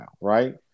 right